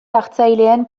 hartzaileen